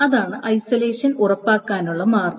അതാണ് ഐസലേഷൻ ഉറപ്പാക്കാനുള്ള മാർഗ്ഗം